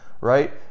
right